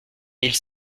mille